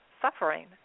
suffering